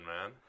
man